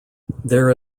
there